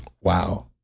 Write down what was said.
Wow